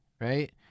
right